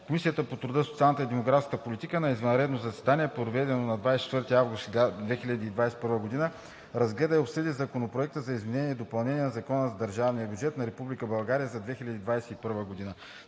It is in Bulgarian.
Комисията по труда, социалната и демографската политика на извънредно заседание, проведено на 24 август 2021 г., разгледа и обсъди Законопроект за изменение и допълнение на Закона за държавния бюджет на Република